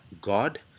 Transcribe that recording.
God